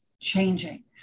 changing